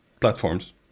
platforms